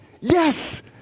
Yes